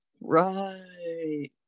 Right